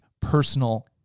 personal